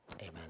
amen